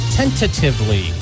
tentatively